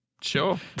Sure